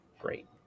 Great